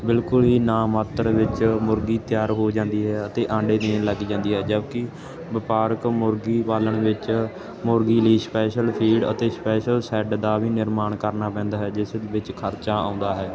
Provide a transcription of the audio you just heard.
ਬਿਲਕੁਲ ਹੀ ਨਾ ਮਾਤਰ ਵਿੱਚ ਮੁਰਗੀ ਤਿਆਰ ਹੋ ਜਾਂਦੀ ਹੈ ਅਤੇ ਆਂਡੇ ਦੇਣ ਲੱਗ ਜਾਂਦੀ ਹੈ ਜਦੋਂ ਕਿ ਵਪਾਰਕ ਮੁਰਗੀ ਪਾਲਣ ਵਿੱਚ ਮੁਰਗੀ ਲਈ ਸਪੈਸ਼ਲ ਫੀਡ ਅਤੇ ਸਪੈਸ਼ਲ ਸੈਡ ਦਾ ਵੀ ਨਿਰਮਾਣ ਕਰਨਾ ਪੈਂਦਾ ਹੈ ਜਿਸ ਵਿੱਚ ਖਰਚਾ ਆਉਂਦਾ ਹੈ